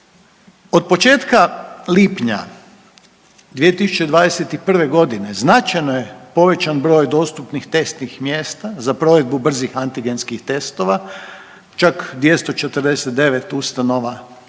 Od početka lipnja 2021. godine značajno je povećan broj dostupnih testnih mjesta za provedbu brzih antigenskih testova, čak 249 ustanova